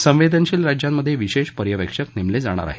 संवेदनशील राज्यांमध्ये विशेष पर्यवेक्षक नेमले जाणार आहेत